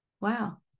Wow